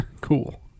Cool